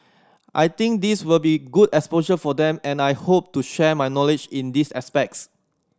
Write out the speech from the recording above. I think this will be good exposure for them and I hope to share my knowledge in these aspects